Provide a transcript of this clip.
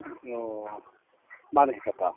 ꯑꯣ ꯃꯥꯅ ꯍꯦꯟꯒꯠꯄ